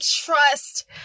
trust